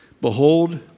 behold